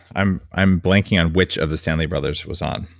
i'm i'm blanking on which of the stanley brothers was on.